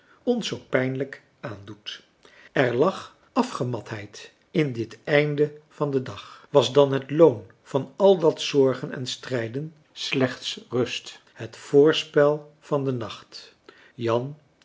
ons zoo pijnlijk aandoet er lag afgematheid in dit einde van den dag was dan het loon van al dat zorgen en strijden slechts rust het voorspel van den nacht jan